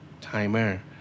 Timer